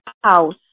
house